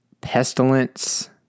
pestilence